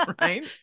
Right